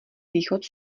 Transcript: východ